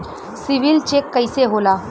CIBIL check कइसे होला?